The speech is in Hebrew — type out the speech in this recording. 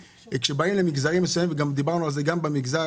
המודעות במגזרים השונים הן לא אותן